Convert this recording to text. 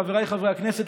חבריי חברי הכנסת,